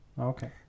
Okay